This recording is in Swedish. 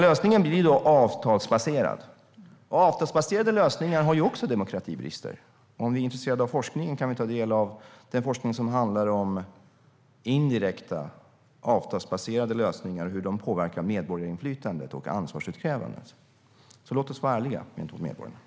Lösningen blir avtalsbaserad, och avtalsbaserade lösningar har också demokratibrister. Vi kan ta del av den forskning som handlar om hur indirekta, avtalsbaserade lösningar påverkar medborgarinflytandet och ansvarsutkrävandet. Låt oss vara ärliga gentemot medborgarna.